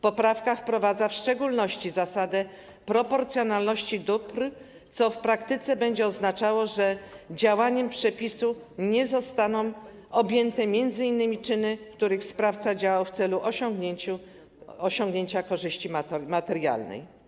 Poprawka wprowadza w szczególności zasadę proporcjonalności dóbr, co w praktyce będzie oznaczało, że działaniem przepisu nie zostaną objęte m.in. czyny, w których sprawca działał w celu osiągnięcia korzyści materialnej.